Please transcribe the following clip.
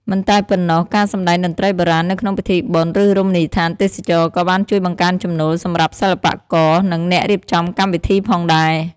មិនតែប៉ុណ្ណោះ ការសម្តែងតន្ត្រីបុរាណនៅក្នុងពិធីបុណ្យ ឬរមណីយដ្ឋានទេសចរណ៍ ក៏បានជួយបង្កើនចំណូល សម្រាប់សិល្បករ និងអ្នករៀបចំកម្មវិធីផងដែរ។